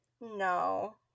no